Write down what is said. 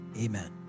Amen